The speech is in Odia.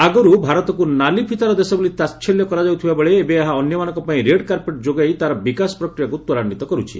ଆଗରୁ ଭାରତକୁ ନାଲିଫିତାର ଦେଶ ବୋଲି ତାହଲ୍ୟ କରାଯାଉଥିବା ବେଳେ ଏବେ ଏହା ଅନ୍ୟମାନଙ୍କ ପାଇଁ ରେଡ୍ କାର୍ପେଟ୍ ଯୋଗାଇ ତା'ର ବିକାଶ ପ୍ରକ୍ରିୟାକୁ ତ୍ୱରାନ୍ୱିତ କରୁଛି